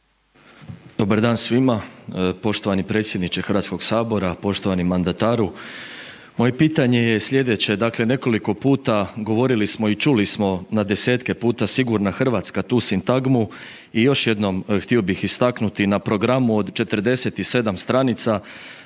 Dobar dan svima, poštovani predsjedniče Hrvatskog sabora, poštovani mandataru. Moje pitanje je slijedeće, dakle nekoliko puta govorili smo i čuli smo na desetke puta „sigurna Hrvatska“, tu sintagmu i još jednom htio bih istaknuti na programu od 47 stranica,